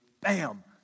bam